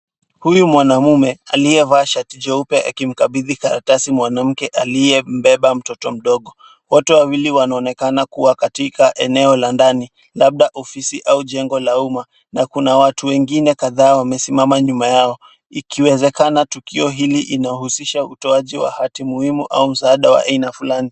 Huyu mwanamume aliyevaa shati jeupe akimkabidhi karatasi mwanamke aliyembeba mtoto mdogo. Wote wawili wanaonekana kuwa katika eneo la ndani labda ofisi au jengo la uma na kuna watu wengine kadhaa wamesimama nyuma yao. Ikiwezekana tukio hili ina husisha utoaji wa hati muhimu au msaada wa aina fulani.